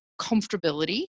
comfortability